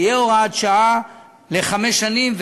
תהיה הוראת שעה לחמש שנים,